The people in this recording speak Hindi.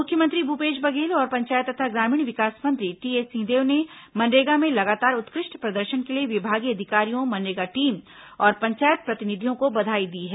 मुख्यमंत्री भूपेश बघेल और पंचायत तथा ग्रामीण विकास मंत्री टीएस सिंहदेव ने मनरेगा में लगातार उत्कृष्ट प्रदर्शन के लिए विभागीय अधिकारियों मनरेगा टीम और पंचायत प्रतिनिधियों को बधाई दी है